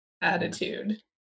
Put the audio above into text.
attitude